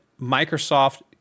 Microsoft